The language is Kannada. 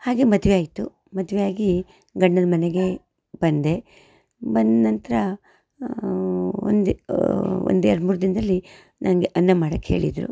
ಹಾಗೇ ಮದುವೆ ಆಯಿತು ಮದುವೆಯಾಗಿ ಗಂಡನ ಮನೆಗೆ ಬಂದೆ ಬಂದ ನಂತರ ಒಂದು ಒಂದೆರಡು ಮೂರು ದಿನದಲ್ಲಿ ನನಗೆ ಅನ್ನ ಮಾಡಕ್ಕೆ ಹೇಳಿದರು